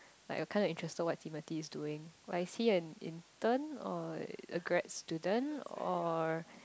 like your kind of interested what Timothy is doing what is he an intern or a grad student or